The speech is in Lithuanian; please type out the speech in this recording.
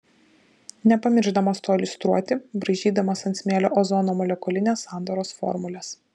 nepamiršdamas to iliustruoti braižydamas ant smėlio ozono molekulinės sandaros formules